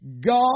God